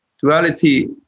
duality